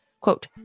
quote